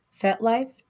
FetLife